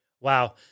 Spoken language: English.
Wow